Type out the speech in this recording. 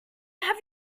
have